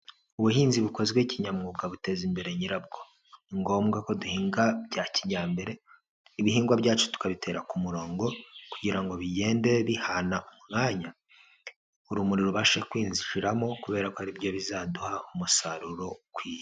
Ubuhinzi bukozwe kinyamwuga buteza imbere nyirabwo. Ni ngombwa ko duhinga bya kijyambere, ibihingwa byacu tukabitera ku murongo kugira ngo bigende bihana umwanya, urumuri rubashe kwinjiramo kubera ko ari byo bizaduha umusaruro ukwiye.